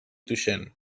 tuixén